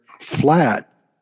flat